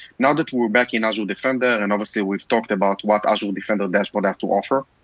now that we're back in azure defender, and obviously we've talked about what azure defender dashboard have to offer,